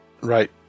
Right